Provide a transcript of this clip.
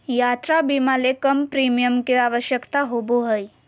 यात्रा बीमा ले कम प्रीमियम के आवश्यकता होबो हइ